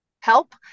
help